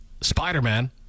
Spider-Man